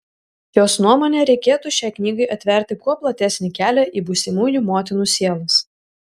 jos nuomone reikėtų šiai knygai atverti kuo platesnį kelią į būsimųjų motinų sielas